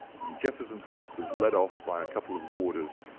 and jefferson hope was led off by a couple of warders,